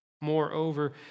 Moreover